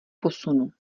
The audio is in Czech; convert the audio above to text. posunu